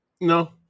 No